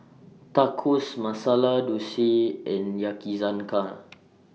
Tacos Masala Dosa and Yakizakana